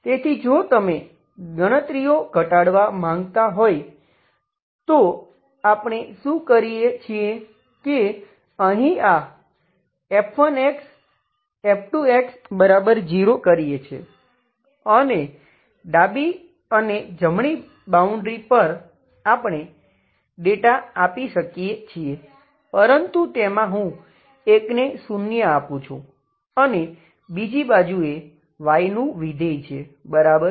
તેથી જો તમે ગણતરીઓ ઘટાડવા માંગતા હોવ તો આપણે શું કરીએ છીએ કે અહીં આ f1xf2x0 કરીએ છીએ અને ડાબી અને જમણી બાઉન્ડ્રી પર આપણે ડેટા આપી શકીએ છીએ પરંતુ તેમાં હું એકને શૂન્ય આપું છું અને બીજી બાજુએ y નું વિધેય છે બરાબર